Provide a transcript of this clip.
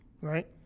Right